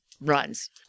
runs